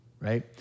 right